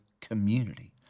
community